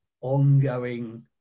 ongoing